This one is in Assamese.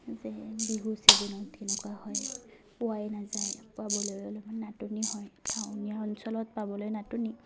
যে বিহু চিজনত কেনেকুৱা হয় পোৱাই নাযায় পাবলৈ অলপমান নাটনি হয় টাউনীয়া অঞ্চলত পাবলৈ নাটনি